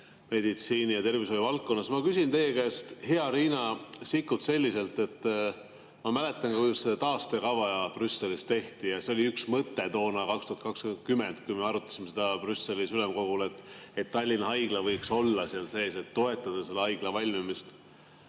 meditsiini- ja tervishoiuvaldkonnas. Ma küsin teie käest, hea Riina Sikkut, selliselt. Ma mäletan, kui seda taastekava Brüsselis tehti ja see oli üks mõte toona, 2020, kui me arutasime seda Brüsselis ülemkogul, et Tallinna Haigla võiks olla seal sees, et toetada selle haigla valmimist.